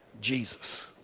Jesus